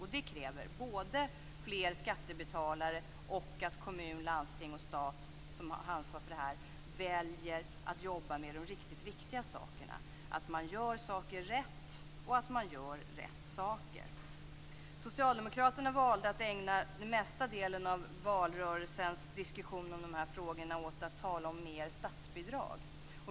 Det kräver fler skattebetalare och det kräver att kommun, landsting och stat, som har ansvar för detta, väljer att jobba med de riktigt viktiga sakerna - att man gör saker rätt och att man gör rätt saker. Socialdemokraterna valde att ägna den mesta delen av valrörelsens diskussion om de här frågorna åt att tala om mer statsbidrag.